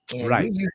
Right